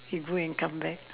you go and come back